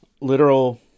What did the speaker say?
literal